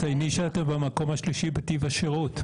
תצייני שאתם במקום השלישי בטיב השרות,